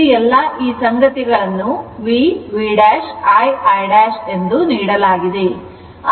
ಇಲ್ಲಿ ಈ ಎಲ್ಲ ಸಂಗತಿಗಳನ್ನು V V' I I' ಎಂದು ನೀಡಲಾಗಿದೆ